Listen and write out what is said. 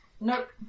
Nope